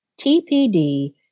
TPD